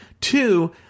two